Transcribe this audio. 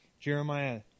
Jeremiah